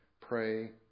pray